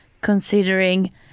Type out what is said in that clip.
considering